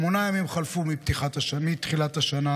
שמונה ימים חלפו מתחילת השנה,